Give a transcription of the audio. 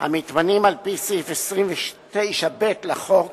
לפי סעיף 29ב לחוק